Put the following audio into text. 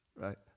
right